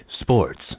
sports